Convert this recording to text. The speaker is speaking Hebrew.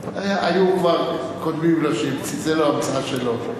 היו כבר קודמים לה, זה לא המצאה שלו.